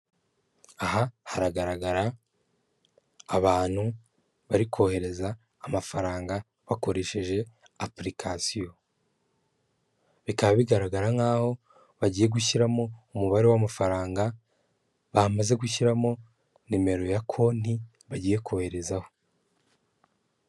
Aha hagaragara abantu barikohereza amafaranga bakoresheje apurikasiyo bikaba bigaragara nkaho bagiye gushyiramo umubare w'amafaranga bamaze gushyiramo nimero ya konti bagiye koherezaho.